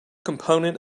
component